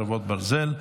חרבות ברזל),